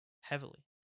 heavily